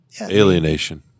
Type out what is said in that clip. Alienation